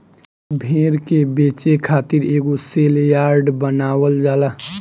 भेड़ के बेचे खातिर एगो सेल यार्ड बनावल जाला